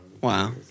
Wow